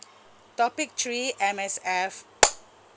topic three M_S_F